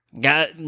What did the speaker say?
got